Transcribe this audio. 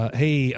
hey